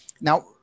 Now